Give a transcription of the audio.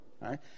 right